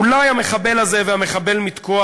אולי המחבל הזה והמחבל מתקוע